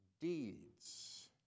deeds